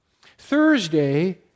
Thursday